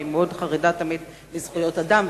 שמתמקדת בנושא זכויות אדם,